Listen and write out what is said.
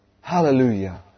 Hallelujah